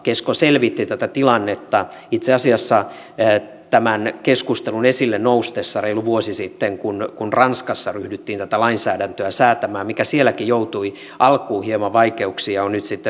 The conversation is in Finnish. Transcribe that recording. kesko selvitti tätä tilannetta itse asiassa tämän keskustelun esille noustessa reilu vuosi sitten kun ranskassa ryhdyttiin tätä lainsäädäntöä säätämään mikä sielläkin joutui alkuun hieman vaikeuksiin ja on nyt mennyt eteenpäin